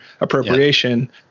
appropriation –